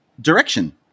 direction